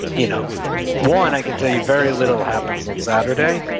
you know one, i can tell you very little happens on saturday,